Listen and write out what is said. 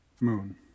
Moon